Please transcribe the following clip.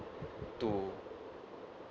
to